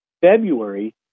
February